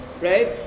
right